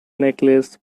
necklace